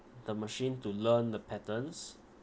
the machine to learn the patterns